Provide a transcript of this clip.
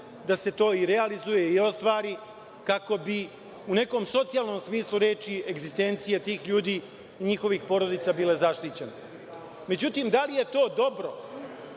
da se to i realizuje i ostvari, kako bi u nekom socijalnom smislu reči egzistencije tih ljudi i njihovih porodica bile zaštićene.Međutim, da li je to dobro,